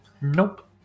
Nope